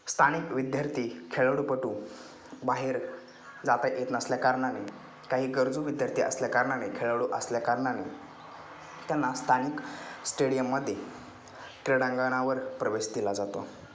स्थानिक विद्यार्थी खेळाडूपटू बाहेर जाता येत नसल्याकारणाने काही गरजू विद्यार्थी असल्याकारणाने खेळाडू असल्याकारणाने त्यांना स्थानिक स्टेडियममध्ये क्रीडांगणावर प्रवेश दिला जातो